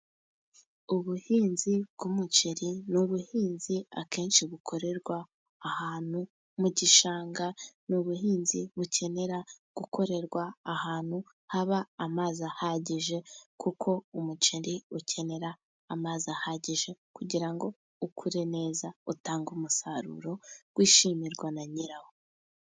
Ubuhinzi bw'umuceri n'ubuhinzi akenshi bukorerwa ahantu mu gishanga, ni ubuhinzi bukenera gukorerwa ahantu haba amazi yahagije, kuko umuceri ukenera amazi ahagije, kugirango ngo ukure neza utange umusaruro wishimirwa na nyirawo.